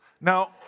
Now